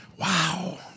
Wow